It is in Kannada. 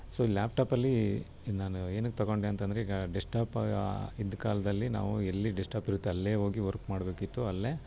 ಸೊ ಲ್ಯಾಪ್ಟಾಪಲ್ಲೀ ಇದು ನಾನು ಏನಕ್ಕೆ ತೆಗೊಂಡೆ ಅಂತಂದರೆ ಈಗ ಡೆಸ್ಟಾಪಾ ಇದ್ದ ಕಾಲದಲ್ಲಿ ನಾವು ಎಲ್ಲಿ ಡೆಸ್ಟಾಪ್ ಇರುತ್ತೆ ಅಲ್ಲಿಯೇ ಹೋಗಿ ವರ್ಕ್ ಮಾಡಬೇಕಿತ್ತು ಅಲ್ಲೇ